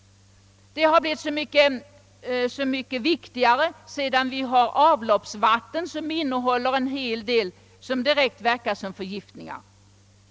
Detta har blivit så mycket viktigare sedan avloppsvattnet bemängts med ämnen, som direkt förgiftar naturen.